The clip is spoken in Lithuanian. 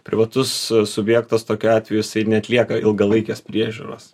privatus subjektas tokiu atveju jisai neatlieka ilgalaikės priežiūros